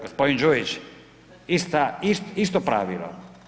Gospodin Đujić isto pravilo.